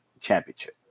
championship